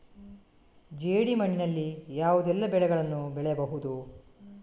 ಜೇಡಿ ಮಣ್ಣಿನಲ್ಲಿ ಯಾವುದೆಲ್ಲ ಬೆಳೆಗಳನ್ನು ಬೆಳೆಯಬಹುದು?